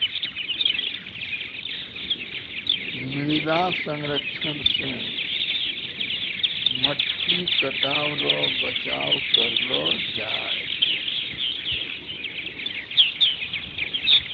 मृदा संरक्षण से मट्टी कटाव रो बचाव करलो जाय